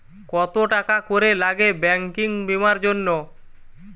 কত টাকা করে লাগে ব্যাঙ্কিং বিমার জন্য?